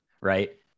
right